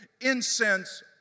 incense